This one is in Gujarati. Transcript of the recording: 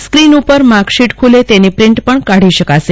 સ્ક્રીન ઉપર માર્કશીલ ખુલે તેની પ્રિન્ટ પણ કાઢી શકાશે